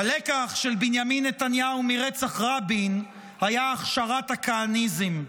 הלקח של בנימין נתניהו מרצח רבין היה הכשרת הכהניזם.